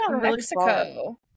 Mexico